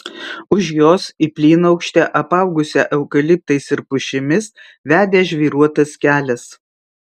už jos į plynaukštę apaugusią eukaliptais ir pušimis vedė žvyruotas kelias